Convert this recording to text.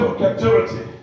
captivity